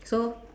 so